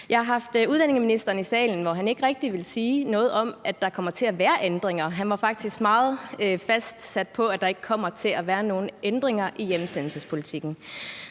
Jeg har haft udlændingeministeren i salen, hvor han ikke rigtig ville sige noget om, at der kommer til at være ændringer. Han var faktisk meget opsat på, at der ikke kommer til at være nogen ændringer i hjemsendelsespolitikken.